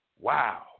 wow